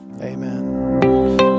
Amen